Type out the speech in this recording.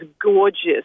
gorgeous